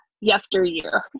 yesteryear